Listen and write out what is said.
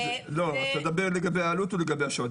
אתה דבר לגבי העלות או לגבי השעות?